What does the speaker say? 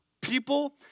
people